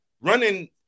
running